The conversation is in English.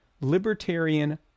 Libertarian